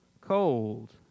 cold